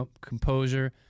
composure